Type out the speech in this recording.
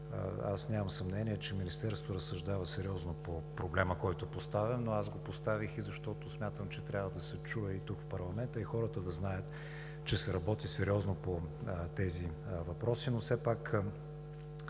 Нямам съмнение, че Министерството разсъждава сериозно по проблема, който поставям, но аз го поставих, защото смятам, че трябва да се чуе тук в парламента и хората да знаят, че се работи сериозно по тези въпроси.